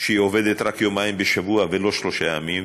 שהיא עובדת רק יומיים בשבוע ולא שלושה ימים,